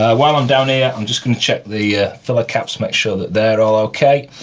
ah while i'm down here i'm just gonna check the filler caps, make sure that they're all ok.